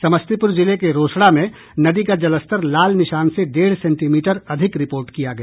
समस्तीपुर जिले के रोसड़ा में नदी का जलस्तर लाल निशान से डेढ़ सेंटीमीटर अधिक रिपोर्ट किया गया